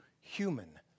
human